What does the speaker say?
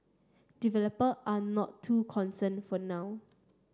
developer are not too concern for now